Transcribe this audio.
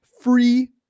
free